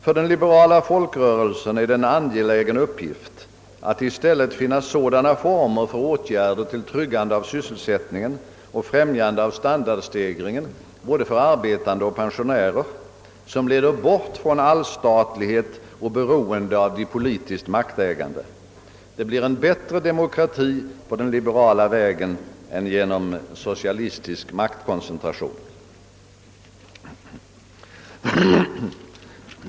För den liberala folkrörelsen är det en angelägen uppgift att i stället finna sådana former för åtgärder till tryggande av sysselsättningen och till främjande av standardstegringen både för arbetande och för pensionärer, som leder bort från allstatlighet och beroende av de politiskt maktägande. Det blir en bättre demokrati på den liberala vägen än genom socialistisk maktkoncentration.